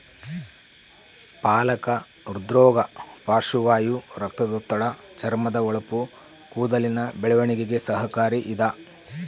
ಪಾಲಕ ಹೃದ್ರೋಗ ಪಾರ್ಶ್ವವಾಯು ರಕ್ತದೊತ್ತಡ ಚರ್ಮದ ಹೊಳಪು ಕೂದಲಿನ ಬೆಳವಣಿಗೆಗೆ ಸಹಕಾರಿ ಇದ